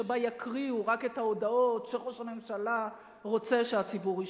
שבה יקריאו רק את ההודעות שראש הממשלה רוצה שהציבור ישמע.